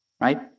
Right